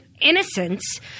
innocence